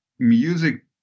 Music